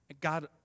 God